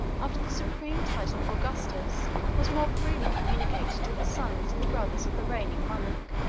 after the supreme title of augustus was more freely communicated to the sons and brothers of the reigning monarch.